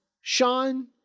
Sean